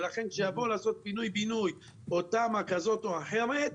לכן כשיבואו לעשות פינוי-בינוי או תמ"א כזאת או אחרת,